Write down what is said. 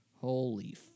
Holy